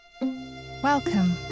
Welcome